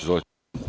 Izvolite.